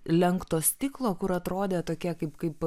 lenkto stiklo kur atrodė tokia kaip kaip